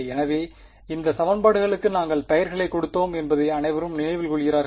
எனவே இந்த சமன்பாடுகளுக்கு நாங்கள் பெயர்களைக் கொடுத்தோம் என்பதை அனைவரும் நினைவில் கொள்கிறார்கள்